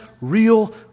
real